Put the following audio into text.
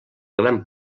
gran